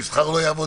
המסחר לא יעבוד,